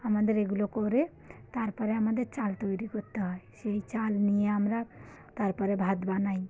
আমাদের এগুলো করে তার পরে আমাদের চাল তৈরি করতে হয় সেই চাল নিয়ে আমরা তার পরে ভাত বানাই